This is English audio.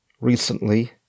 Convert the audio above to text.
recently